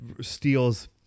steals